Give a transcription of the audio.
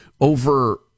over